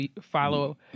follow